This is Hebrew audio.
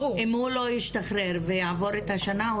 אם הוא לא ישתחרר ויעבור את השנה,